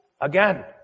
again